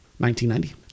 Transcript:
1990